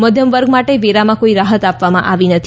મધ્યમ વર્ગ માટે વેરામાં કોઈ રાહત આપવામાં આવી નથી